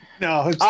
No